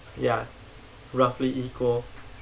ya roughly equal